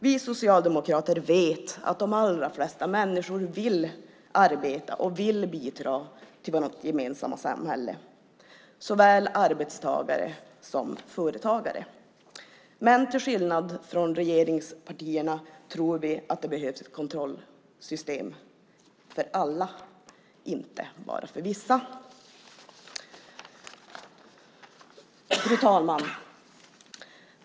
Vi socialdemokrater vet att de allra flesta människor vill arbeta och bidra till vårt gemensamma samhälle. Det gäller såväl arbetstagare som företagare. Men till skillnad från regeringspartierna tror vi att det behövs ett kontrollsystem för alla, inte bara för vissa. Fru talman!